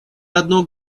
одно